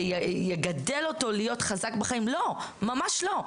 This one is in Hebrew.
זה יגדל אותו להיות חזק בחיים לא, ממש לא.